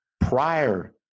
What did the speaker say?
Prior